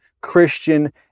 Christian